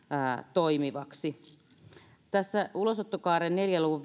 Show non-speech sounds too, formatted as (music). toimivaksi tässä ulosottokaaren neljän luvun (unintelligible)